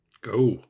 Go